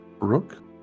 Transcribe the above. Rook